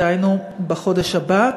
דהיינו בחודש הבא.